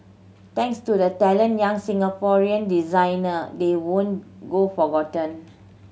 thanks to the talented young Singaporean designer they won't go forgotten